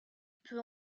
peut